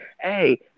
hey